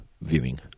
viewing